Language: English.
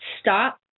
stop